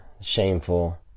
shameful